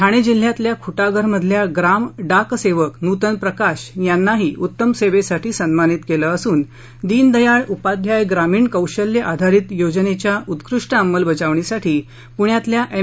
ठाणे जिल्हायातल्या खुटाघर मधल्या ग्राम डाक सेवक नुतन प्रकाश यांना उत्तम सेवेसाठी सन्मानित केलं असून दीनदयाळ उपाध्याय ग्रामीण कौशल्य आधारित योजनेच्या उत्कृष्ट अंमलबजावणीसाठी पुण्यातल्या एम